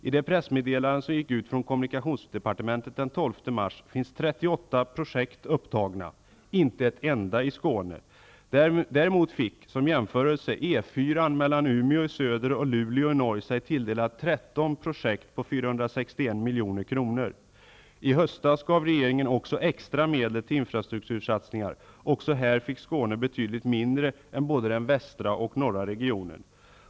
I det pressmeddelande som gick ut från kommunikationsdepartementet den 12 mars finns 38 projekt upptagna, inte ett enda i Skåne. Däremot fick -- som en jämförelse -- E 4:an mellan projekt på 461 milj.kr. I höstas gav regeringen också extra medel till infrastruktursatsningar. Också av dessa fick Skåne betydligt mindre än både den västra och den norra regionen.